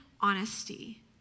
honesty